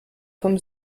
vom